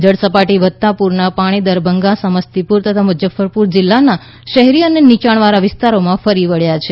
જળસપાટી વધતા પૂરના પાણી દરભંગા સમસ્તીપુર તથા મુજફ્ફરપુર જિલ્લાના શહેરી અને નીચાણવાળા વિસ્તારોમાં ફરી વબ્યા છે